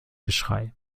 geschrei